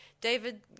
david